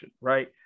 right